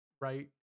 right